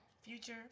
Future